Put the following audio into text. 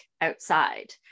outside